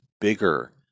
bigger